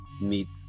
meets